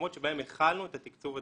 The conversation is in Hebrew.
במקומות שבהם החלנו את התקצוב הדיפרנציאלי.